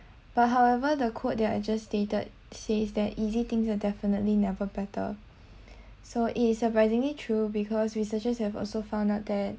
but however the quote that are just stated says that easy things are definitely never better so it is surprisingly true because researchers have also found out that